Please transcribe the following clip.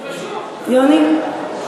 גברתי היושבת בראש,